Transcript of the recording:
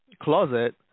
closet